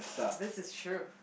this is true